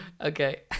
Okay